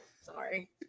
Sorry